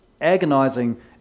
agonizing